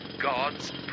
God's